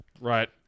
Right